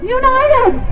united